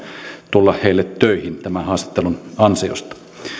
tulla heille töihin tämän haastattelun ansiosta